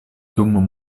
dum